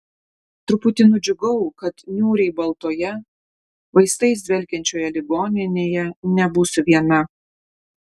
truputį nudžiugau kad niūriai baltoje vaistais dvelkiančioje ligoninėje nebūsiu viena